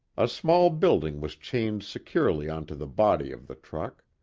a small building was chained securely onto the body of the truck.